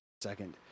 second